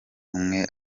umwe